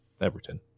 Everton